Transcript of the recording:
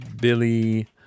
Billy